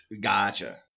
Gotcha